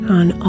on